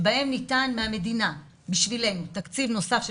שבהן ניתן מהמדינה בשבילנו תקציב נוסף של